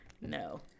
No